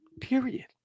period